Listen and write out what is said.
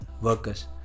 workers